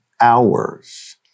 hours